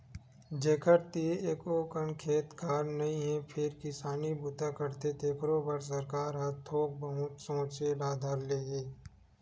जेखर तीर एको अकन खेत खार नइ हे फेर किसानी बूता करथे तेखरो बर सरकार ह थोक बहुत सोचे ल धर ले हे